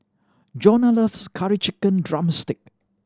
Jonna loves Curry Chicken drumstick